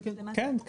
כן.